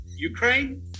Ukraine